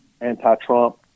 anti-Trump